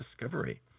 Discovery